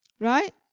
Right